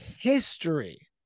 history